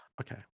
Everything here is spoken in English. Okay